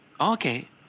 Okay